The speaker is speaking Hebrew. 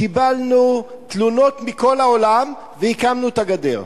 קיבלנו תלונות מכל העולם והקמנו את הגדר.